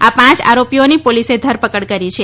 આ પાંચ આરોપીઓની પોલીસે ધરપકડ કરી છે